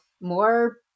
more